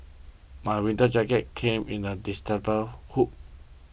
my winter jacket came in a hood